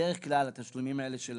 בדרך כלל התשלומים האלה של